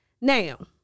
Now